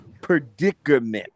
predicament